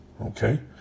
Okay